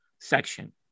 section